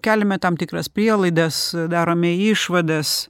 keliame tam tikras prielaidas darome išvadas